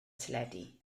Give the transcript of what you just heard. teledu